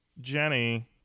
Jenny